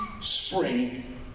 spring